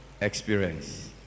experience